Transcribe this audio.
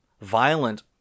violent